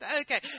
okay